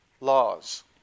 laws